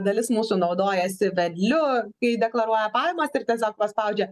dalis mūsų naudojasi vedliu kai deklaruoja pajamas ir tiesiog paspaudžia